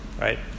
right